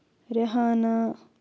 Rehana